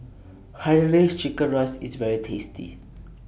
Hainanese Chicken Rice IS very tasty